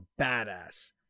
badass